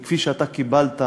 מזו שאתה קיבלת,